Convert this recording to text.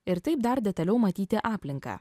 ir taip dar detaliau matyti aplinką